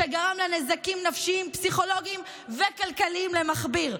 שגרם לה נזקים נפשיים פסיכולוגיים וכלכליים למכביר,